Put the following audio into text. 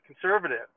conservative